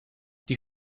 die